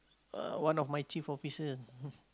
uh one of my chief officer